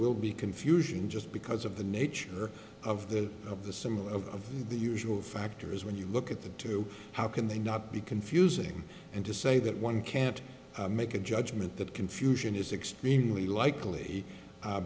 will be confusion just because of the nature of the of the some of the usual factors when you look at the two how can they not be confusing and to say that one can't make a judgment that confusion is extremely likely